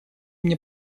мне